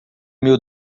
mil